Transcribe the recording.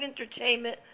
entertainment